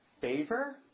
favor